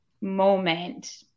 moment